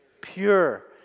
pure